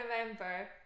remember